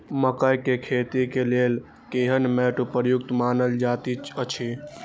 मकैय के खेती के लेल केहन मैट उपयुक्त मानल जाति अछि?